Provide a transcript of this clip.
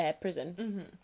prison